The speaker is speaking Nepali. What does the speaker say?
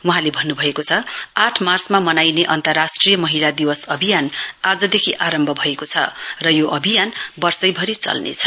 वहाँले भन्नु भयो आठ मार्चमा मनाइने अन्तरराष्ट्रिय महिला दिवस अभियान आजदेखि आरम्भ भएको छ र यो अभियान वर्षैभरि चल्नेछ